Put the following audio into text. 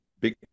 big